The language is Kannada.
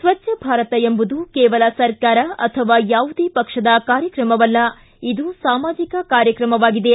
ಸ್ವಚ್ಛಭಾರತ ಎಂಬುದು ಕೇವಲ ಸರ್ಕಾರ ಅಥವಾ ಯಾವುದೇ ಪಕ್ಷದ ಕಾರ್ಯಕ್ರಮವಲ್ಲ ಇದು ಸಾಮಾಜಿಕ ಕಾರ್ಯಕ್ರಮವಾಗಿದೆ